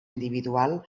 individual